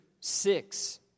six